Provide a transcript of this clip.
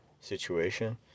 situation